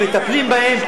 מטפלים בהם,